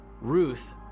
Ruth